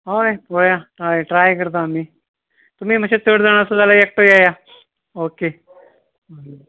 हय पळोवया हय ट्राय करता आमी तुमी मातशें चड जाण आसात जाल्यार एकटो येयात ओके